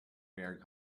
rare